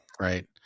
Right